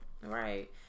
Right